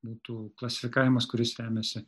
būtų klasifikavimas kuris remiasi